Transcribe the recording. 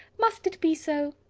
must it be so?